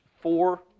four